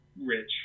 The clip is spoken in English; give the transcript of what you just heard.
rich